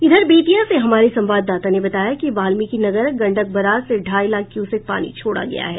इधर बेतिया से हमारे संवाददाता ने बताया कि वाल्मीकिनगर गंडक बराज से ढ़ाई लाख क्यूसेक पानी छोड़ा गया है